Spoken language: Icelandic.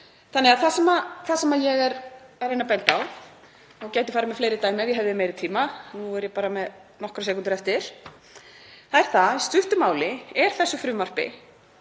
landi. Það sem ég er að reyna að benda á, og gæti farið með fleiri dæmi ef ég hefði meiri tíma, nú á ég bara nokkrar sekúndur eftir, er að í stuttu máli er þessu frumvarpi